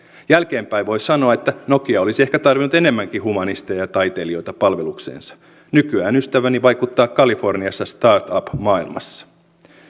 jälkeenpäin voi sanoa että nokia olisi ehkä tarvinnut enemmänkin humanisteja ja taiteilijoita palvelukseensa nykyään ystäväni vaikuttaa kaliforniassa startup maailmassa